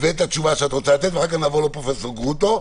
ואת התשובה שאת רוצה לתת, ואז נעבור לפרופ' גרוטו.